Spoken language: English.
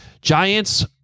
Giants